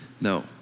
No